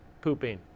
pooping